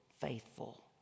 faithful